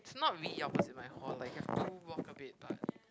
it's not really opposite my hall like I have to walk a bit but